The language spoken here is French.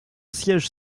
siège